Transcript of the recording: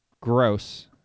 gross